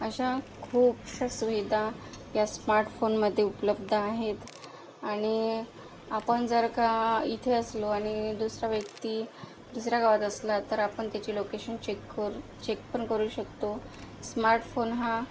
अशा खूपशा सुविधा या स्मार्टफोनमध्ये उपलब्ध आहेत आणि आपण जर का इथे असलो आणि दुसरा व्यक्ती दुसऱ्या गावात असला तर आपण त्याची लोकेशन चेक करू चेक पण करू शकतो स्मार्ट फोन हा